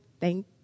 thank